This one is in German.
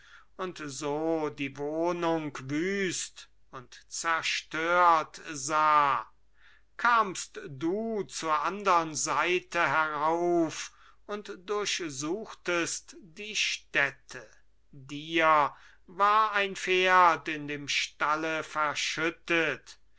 und so die wohnung wüst und zerstört sah kamst du zur andern seite herauf und durchsuchtest die stätte dir war ein pferd in dem stalle verschüttet